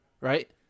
right